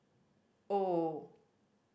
O